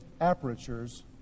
apertures